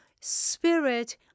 spirit